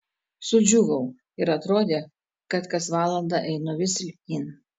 sudžiūvau ir atrodė kad kas valandą einu vis silpnyn